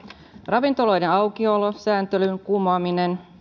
ravintoloiden aukiolosääntelyn kumoaminen